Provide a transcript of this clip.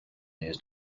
news